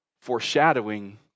foreshadowing